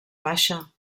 baixa